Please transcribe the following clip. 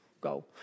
go